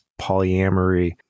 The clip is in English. polyamory